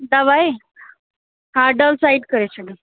डव आहे हा डव साइड करे छॾियो